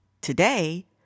Today